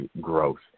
growth